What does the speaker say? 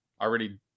already